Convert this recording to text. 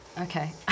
Okay